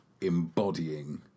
embodying